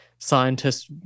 scientists